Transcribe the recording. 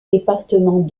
départements